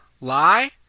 lie